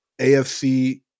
AFC